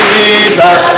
Jesus